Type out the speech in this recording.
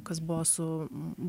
kas buvo su